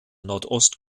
nordost